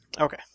Okay